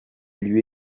lui